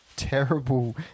terrible